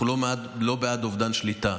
אנחנו לא בעד אובדן שליטה.